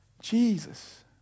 Jesus